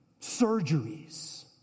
surgeries